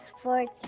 Sports